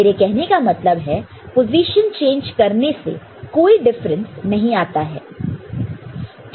मेरे कहने का मतलब है पोजीशन चेंज करने से कोई डिफरेंस नहीं आता है